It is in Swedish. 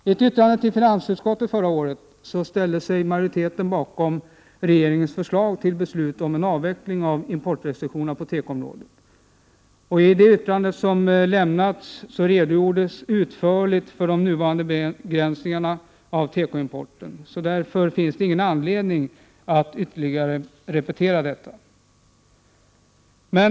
I ett yttrande till finansutskottet förra året ställde sig majoriteten bakom regeringens förslag till beslut om en avveckling av importrestriktionerna på tekoområdet. I yttrandet redogjordes utförligt för de nuvarande begränsningarna av tekoimporten. Därför finns det ingen anledning att ytterligare repetera detta.